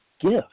gift